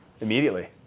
Immediately